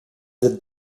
dit